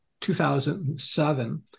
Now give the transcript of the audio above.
2007